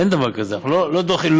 אין דבר כזה, אנחנו לא דוחים.